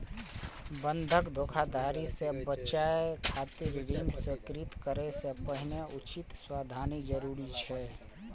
बंधक धोखाधड़ी सं बचय खातिर ऋण स्वीकृत करै सं पहिने उचित सावधानी जरूरी छै